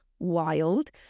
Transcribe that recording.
wild